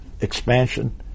expansion